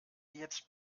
jetzt